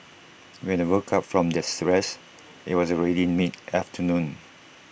when they woke up from theirs rest IT was already mid afternoon